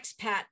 Expat